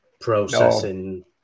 processing